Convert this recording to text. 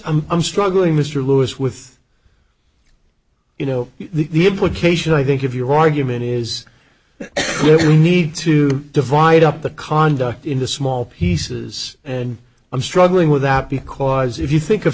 i'm struggling mr lewis with you know the implication i think of your argument is where we need to divide up the conduct into small pieces and i'm struggling with that because if you think of